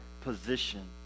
position